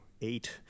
eight